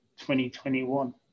2021